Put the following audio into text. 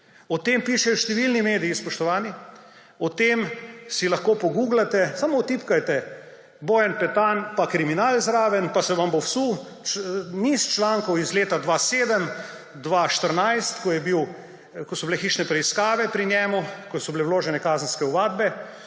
O tem pišejo številni mediji, spoštovani, o tem si lahko poguglate, samo vtipkajte Bojan Petan pa kriminal zraven pa se vam bo vsul niz člankov iz leta 2007, 2014, ko so bile hišne preiskave pri njem, ko so bile vložene kazenske ovadbe